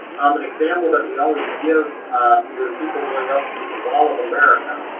um an example that we always give is people going up to the mall of america.